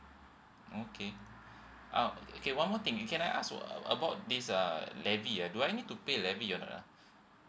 okay uh okay one more thing can I ask what about this uh levy ah do I need to pay levy or not ah